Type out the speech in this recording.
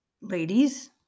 ladies